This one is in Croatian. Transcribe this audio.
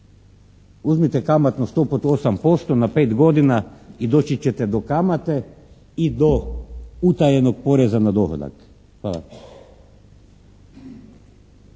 Uzmite kamatnu stopu od 8% na 5 godina i doći ćete do kamate i do utajenog poreza na dohodak. Hvala.